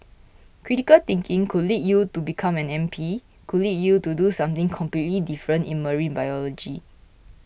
critical thinking could lead you to become an M P could lead you to do something completely different in marine biology